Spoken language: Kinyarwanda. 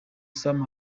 sam